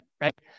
right